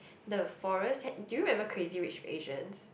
the forest ha~ do you remember Crazy Rich Asians